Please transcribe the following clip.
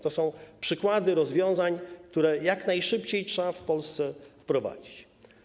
To są przykłady rozwiązań, które jak najszybciej trzeba w Polsce wprowadzić.